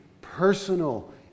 personal